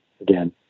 again